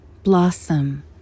blossom